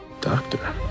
Doctor